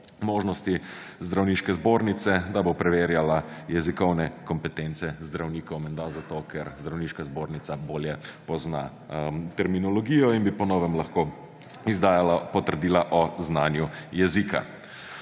možnosti zdravniške zbornice, da bo preverjala jezikovne kompetence zdravnikov menda zato, ker Zdravniška zbornica bolje pozna terminologijo in bi po novem lahko izdajala potrdila o znanju jezika.